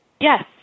Yes